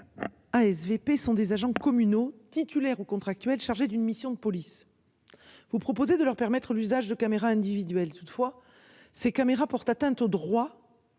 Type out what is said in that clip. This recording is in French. ou. ASVP sont des agents communaux titulaire ou contractuel, chargé d'une mission de police. Vous proposez de leur permettre l'usage de caméras individuelles toutefois ces caméras porte atteinte au droit.